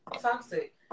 toxic